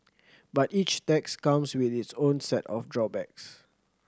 but each tax comes with its own set of drawbacks